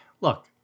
look